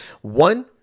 One